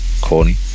corny